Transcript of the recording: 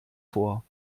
vor